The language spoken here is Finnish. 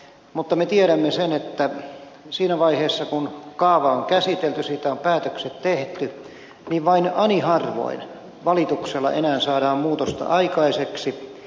mutta me tiedämme sen että siinä vaiheessa kun kaava on käsitelty siitä on päätökset tehty vain ani harvoin valituksella enää saadaan muutosta aikaiseksi